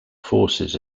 forces